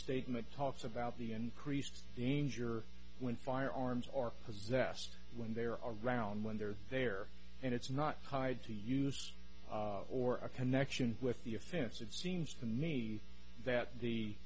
statement talks about the increased danger when firearms are possessed when they are around when they're there and it's not hyde to use or a connection with the offense it seems to me that the